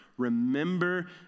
Remember